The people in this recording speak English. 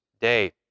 day